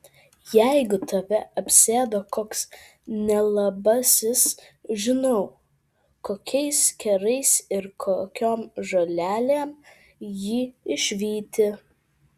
jeigu tave apsėdo koks nelabasis žinau kokiais kerais ir kokiom žolelėm jį išvyti